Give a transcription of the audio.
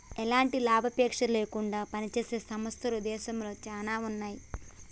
ఎలాంటి లాభాపేక్ష లేకుండా పనిజేసే సంస్థలు దేశంలో చానా ఉన్నాయి